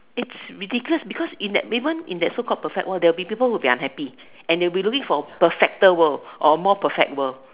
it's ridiculous because in that even in that so called perfect world there will be people who are unhappy and they will be looking for a perfecter world or more perfect world